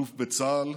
אלוף בצה"ל,